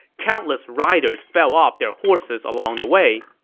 countless riders fell off their horses along the way.